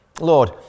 lord